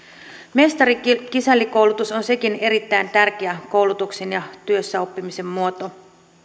mestari kisälli koulutus on sekin erittäin tärkeä koulutuksen ja työssäoppimisen muoto